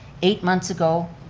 eight months ago,